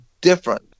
different